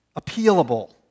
appealable